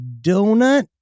donut